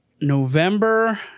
November